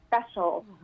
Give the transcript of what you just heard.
special